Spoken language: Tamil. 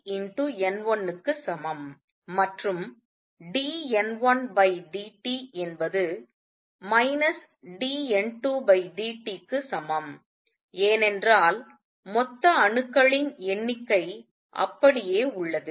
மற்றும் dN1dt என்பது dN2dtக்கு சமம் ஏனென்றால் மொத்த அணுக்களின் எண்ணிக்கை அப்படியே உள்ளது